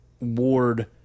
Ward